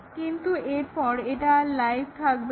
কিন্তু এরপর এটা আর লাইভ থাকবে না